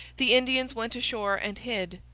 the indians went ashore and hid.